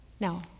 No